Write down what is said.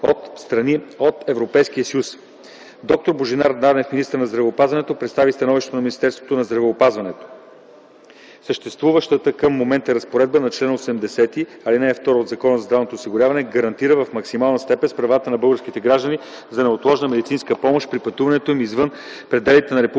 от Европейския съюз. Доктор Божидар Нанев - министър на здравеопазването, представи становището на Министерството на здравеопазването. Съществуващата към момента разпоредба на чл. 80г, ал. 2 от Закона за здравното осигуряване гарантира в максимална степен правата на българските граждани за неотложна медицинска помощ при пътуването им извън пределите на Република